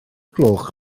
gloch